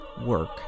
work